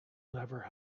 never